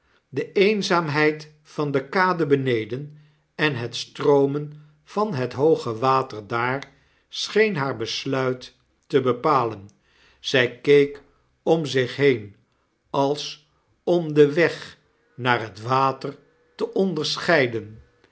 de eenzaamheid van de kade beneden en het stroomen van het hooge water daar scheen haar besluit te bepalen zij keek om zich heen als om den weg naar het water te onderscheiden